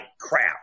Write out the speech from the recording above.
crap